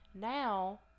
Now